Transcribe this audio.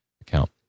account